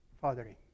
fathering